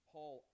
Paul